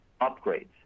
upgrades